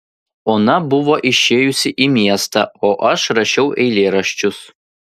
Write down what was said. ona buvo išėjusi į miestą o aš rašiau eilėraščius